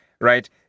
right